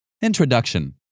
Introduction